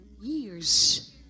years